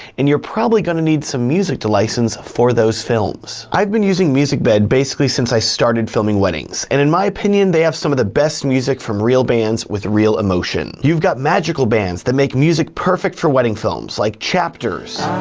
and you're probably gonna need some music to license for those films. i've been using musicbed basically since i started filming weddings and in my opinion, they have some of the best music from real bands, with real emotion. you've got magical bands that make music perfect for wedding films, like chptrs.